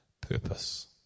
purpose